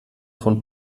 von